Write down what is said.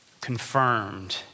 confirmed